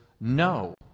no